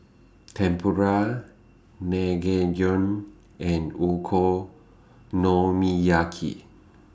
Tempura Naengmyeon and Okonomiyaki